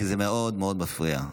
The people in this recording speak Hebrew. כי זה מאוד מאוד מפריע.